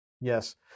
Yes